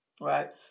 Right